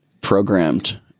programmed